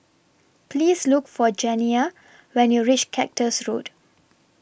Please Look For Janiah when YOU REACH Cactus Road